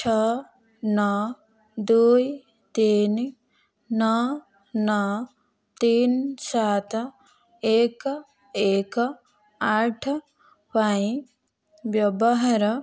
ଛଅ ନଅ ଦୁଇ ତିନି ନଅ ନଅ ତିନି ସାତ ଏକ ଏକ ଆଠ ପାଇଁ ବ୍ୟବହାର